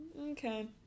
okay